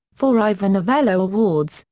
four ivor novello awards,